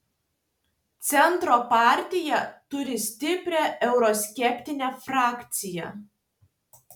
centro partija turi stiprią euroskeptinę frakciją